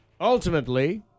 Ultimately